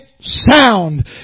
sound